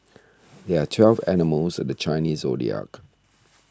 there are twelve animals in the Chinese zodiac